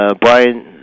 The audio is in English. Brian